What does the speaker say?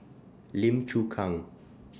Lim Chu Kang